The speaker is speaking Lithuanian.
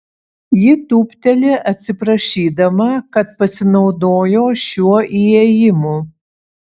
ji tūpteli atsiprašydama kad pasinaudojo šiuo įėjimu